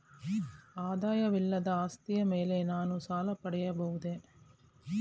ಆದಾಯವಿಲ್ಲದ ಆಸ್ತಿಯ ಮೇಲೆ ನಾನು ಸಾಲ ಪಡೆಯಬಹುದೇ?